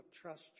trust